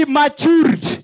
matured